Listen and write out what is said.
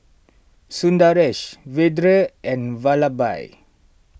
Sundaresh Vedre and Vallabhbhai